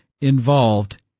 involved